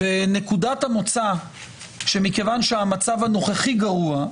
ונקודת המוצא שמכיוון שהמצב הנוכחי גרוע,